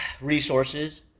Resources